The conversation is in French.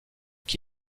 qui